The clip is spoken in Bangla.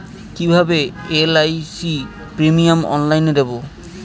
কিভাবে এল.আই.সি প্রিমিয়াম অনলাইনে দেবো?